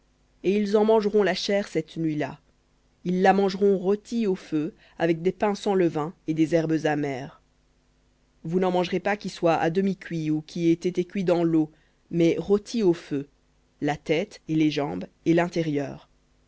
et ils en mangeront la chair cette nuit-là ils la mangeront rôtie au feu avec des pains sans levain et des herbes amères vous n'en mangerez pas qui soit à demi cuit ou qui ait été cuit dans l'eau mais rôti au feu la tête et les jambes et l'intérieur